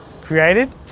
created